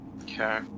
Okay